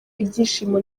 ibyishimo